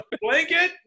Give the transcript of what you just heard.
blanket